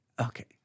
Okay